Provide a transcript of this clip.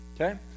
Okay